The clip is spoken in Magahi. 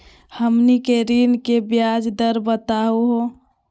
हमनी के ऋण के ब्याज दर बताहु हो?